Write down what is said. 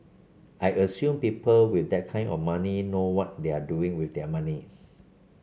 I assume people with that kind of money know what they're doing with their money